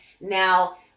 Now